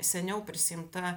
seniau prisiimta